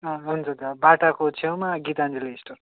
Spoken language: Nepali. अँ हुन्छ दादा बाटाको छेउमा गीताञ्जली स्टोर